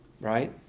right